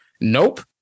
Nope